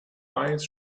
eyes